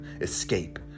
escape